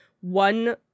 one